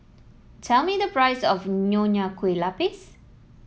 tell me the price of Nonya Kueh Lapis